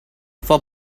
for